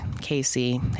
Casey